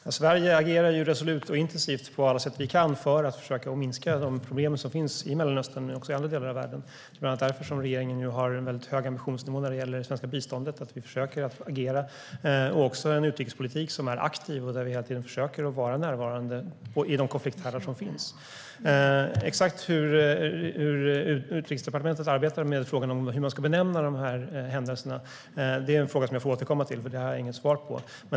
Fru talman! Sverige agerar resolut och intensivt på alla sätt vi kan för att försöka minska de problem som finns i Mellanöstern och också i andra delar av världen. Det är bland annat därför som regeringen nu har en väldigt hög ambitionsnivå när det gäller det svenska biståndet. Vi försöker att agera, och vi för också en aktiv utrikespolitik där vi hela tiden försöker vara närvarande i de konflikthärdar som finns. Exakt hur Utrikesdepartementet arbetar med frågan om hur man ska benämna de här händelserna är en fråga som jag får återkomma till, för det har jag inget svar på.